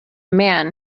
man